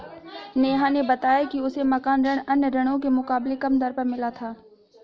नेहा ने बताया कि उसे मकान ऋण अन्य ऋणों के मुकाबले कम दर पर मिला था